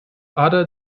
other